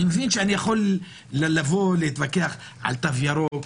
אני מבין שאפשר להתווכח על תו ירוק,